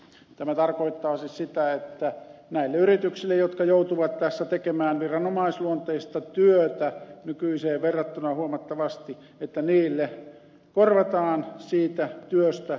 tämä tarkoittaa siis sitä että näille yrityksille jotka joutuvat tässä tekemään viranomaisluonteista työtä nykyiseen verrattuna huomattavasti korvataan siitä työstä aiheutuvat kustannukset